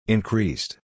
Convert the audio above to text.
Increased